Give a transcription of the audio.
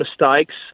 mistakes